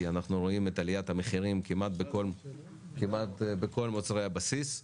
כי אנחנו רואים את עליית המחירים כמעט בכל מוצרי הבסיס.